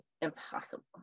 impossible